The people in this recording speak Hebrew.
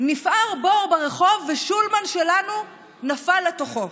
נפער בור ברחוב ושולמן שלנו נפל לתוכו.